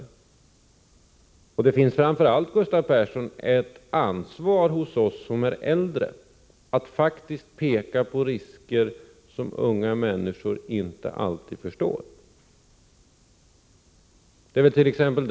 Gustav Persson, det finns framför allt ett ansvar hos oss som är äldre att faktiskt framhålla risker som ungdomar inte alltid förstår. Det ärt.ex.